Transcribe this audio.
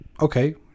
Okay